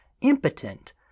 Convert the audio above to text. impotent